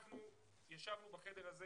אנחנו ישבנו בחדר הזה